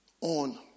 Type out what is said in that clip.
on